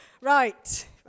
Right